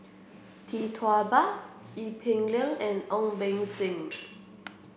Tee Tua Ba Ee Peng Liang and Ong Beng Seng